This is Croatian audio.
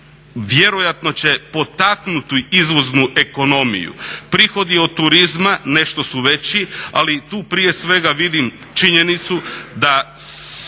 vjerojatno će potaknuti izvoznu ekonomiju. Prihodi od turizma nešto su veći, ali tu prije svega vidim činjenicu da